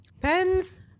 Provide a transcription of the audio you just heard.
Pens